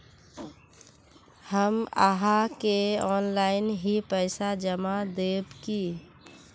हम आहाँ के ऑनलाइन ही पैसा जमा देब की?